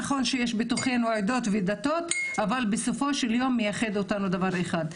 נכון שיש בתוכנו עדות ודתות אבל בסופו של יום מייחד אותנו דבר אחד.